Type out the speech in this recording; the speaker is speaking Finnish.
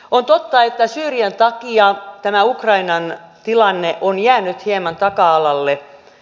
on totta että syyrian takia tämä ukrainan tilanne on jäänyt hieman taka alalle